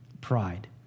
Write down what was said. pride